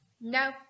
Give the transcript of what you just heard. no